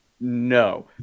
No